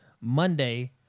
Monday